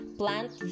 plant